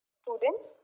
students